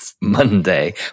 Monday